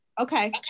Okay